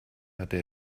hatte